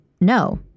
No